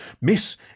Miss